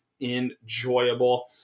enjoyable